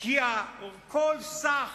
כי סך